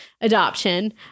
adoption